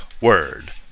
word